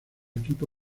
equipo